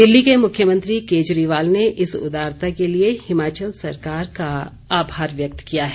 दिल्ली के मुख्यमंत्री केजरीवाल ने इस उदारता के लिए हिमाचल सरकार का आभार व्यक्त किया है